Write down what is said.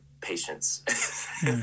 patience